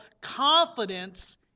confidence